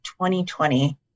2020